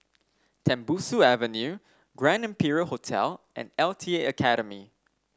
Tembusu Avenue Grand Imperial Hotel and L T A Academy